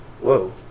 Whoa